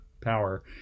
power